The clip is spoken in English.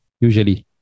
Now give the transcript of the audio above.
usually